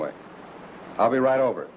way i'll be right over